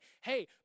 hey